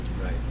Right